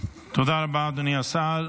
תודה רבה, אדוני השר.